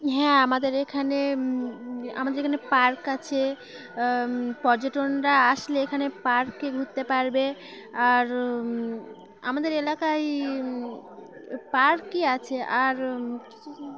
হ্যাঁ আমাদের এখানে আমাদের এখানে পার্ক আছে পর্যটনরা আসলে এখানে পার্কই ঘুরতে পারবে আর আমাদের এলাকায় পার্কই আছে আর